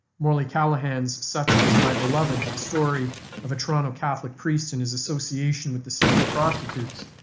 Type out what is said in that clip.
morley callahan's such is my beloved, the story of a toronto catholic priest and his association with the city's prostitutes,